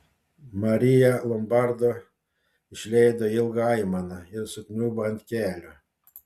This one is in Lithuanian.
marija lombardo išleido ilgą aimaną ir sukniubo ant kelių